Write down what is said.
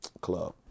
club